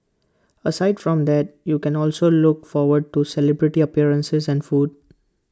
aside from that you can also look forward to celebrity appearances and food